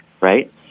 Right